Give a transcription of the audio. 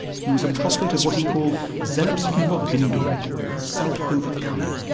he was a prophet of what he called selbstuberwindung or self-overcoming,